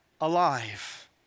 alive